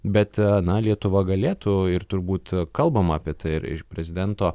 bet na lietuva galėtų ir turbūt kalbama apie tai ir ir prezidento